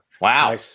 wow